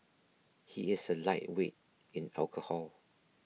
he is a lightweight in alcohol